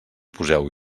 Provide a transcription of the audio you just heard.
poseu